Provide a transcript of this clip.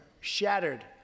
shattered